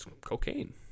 cocaine